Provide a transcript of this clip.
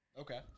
Okay